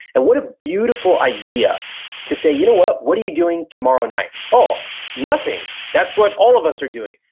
and what a beautiful idea to say, you know what, what are you doing tomorrow night? oh, nothing. that's what all of us are doing.